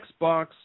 Xbox